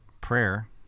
prayer